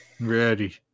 ready